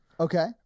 Okay